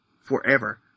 forever